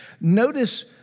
Notice